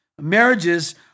marriages